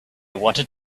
wanted